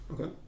Okay